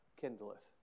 kindleth